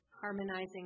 harmonizing